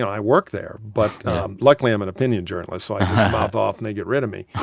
i work there. but luckily i'm an opinion journalist so i mouth off and they get rid of me.